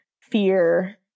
fear